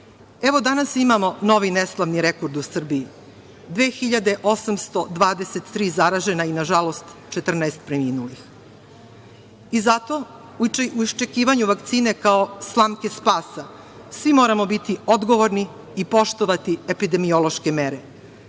danas imamo novi neslavni rekord u Srbiji – 2.823 zaražena i nažalost 14 preminulih. Zato, u iščekivanju vakcine, kao slamke spasa, svi moramo biti odgovorni i poštovati epidemiološke mere.